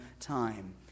time